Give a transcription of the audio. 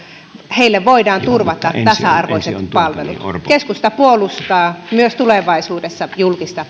voidaan turvata tasa arvoiset palvelut keskusta puolustaa myös tulevaisuudessa julkista